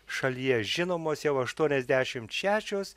šalyje žinomos jau aštuoniasdešimt šešios